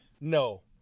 No